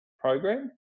program